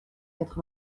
quatre